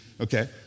Okay